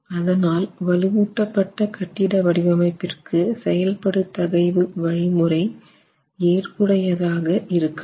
அதனால் வலுவூட்டப்பட்ட கட்டிட வடிவமைப்பிற்கு செயல்படுதகைவு வழிமுறை ஏற்புடையதாக இருக்காது